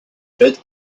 faite